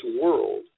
world